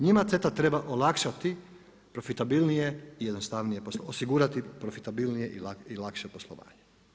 Njima CETA treba olakšati profitabilnije i jednostavnije, osigurati profitabilnije i lakše poslovanje.